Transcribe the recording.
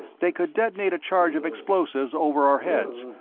they could detonate a charge of explosives over our heads,